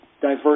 diverse